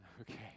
okay